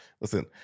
Listen